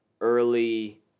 early